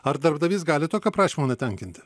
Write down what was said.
ar darbdavys gali tokio prašymo netenkinti